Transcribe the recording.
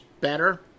better